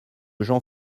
gens